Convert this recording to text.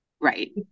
Right